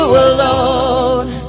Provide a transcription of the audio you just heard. alone